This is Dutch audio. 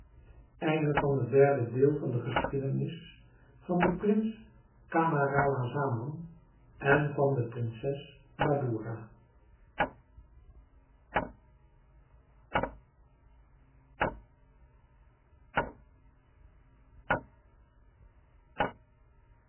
deel geschiedenis van den prins camaralzaman en van de prinses badoura